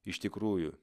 iš tikrųjų